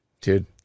Dude